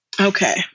Okay